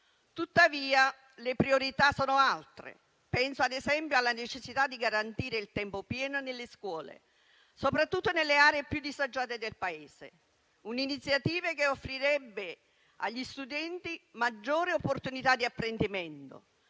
Tuttavia, le priorità sono altre: penso ad esempio alla necessità di garantire il tempo pieno nelle scuole, soprattutto nelle aree più disagiate del Paese; un'iniziativa che offrirebbe agli studenti maggiore opportunità di apprendimento,